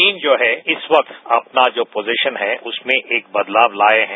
चीन जो है इस वक्त अपना जो पोजिशन है उसमें एक बदलाव लाये हैं